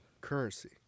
currency